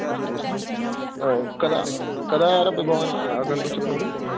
अस्तु अस्तु कदा कदा आरम्भः भवान् आगन्तुं शक्नोमि